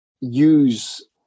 use